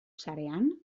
sarean